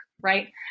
right